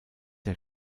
der